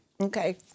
Okay